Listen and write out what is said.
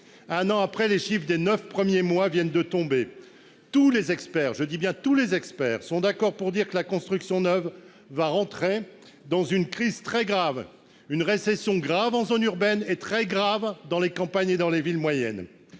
Un an après, les chiffres des neuf premiers mois de l'année viennent de tomber. Tous les experts- je dis bien : tous les experts ! -sont d'accord pour dire que la construction neuve va connaître une récession grave dans les zones urbaines et très grave dans les campagnes et dans les villes moyennes.